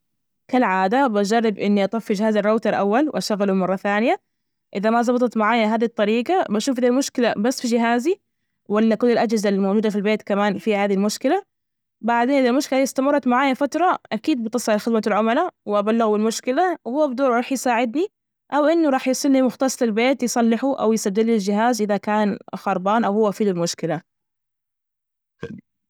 كالعادة، بجرب إني أطفي جهاز الراوتر أول وأشغله مرة ثانيه إذا ما زبطت معايا هذى الطريجة، بشوف إذا المشكلة بس في جهازي ولا كل الأجهزة الموجودة في البيت كمان في هذى المشكلة، بعدين إذا المشكلة هي استمرت معايا فترة، أكيد بتصل على خدمة العملاء وأبلغوا المشكلة، وهو بدوره راح يساعدني، أو إنه راح يوصلني مختص البيت يصلحه أو يسد لي الجهاز إذا كان خربان، أو هو في المشكلة.